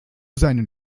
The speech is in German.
seinen